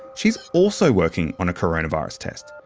she's also working on a coronavirus test.